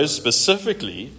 specifically